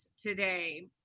today